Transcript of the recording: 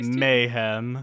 mayhem